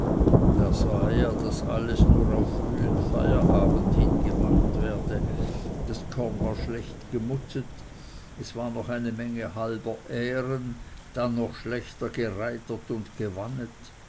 da sah er daß alles nur auf frühen feierabend hin gemacht werde das korn war schlecht gemutzet es waren noch eine menge halber ähren dann noch schlechter gereitert und gewannet